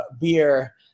beer